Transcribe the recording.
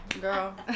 girl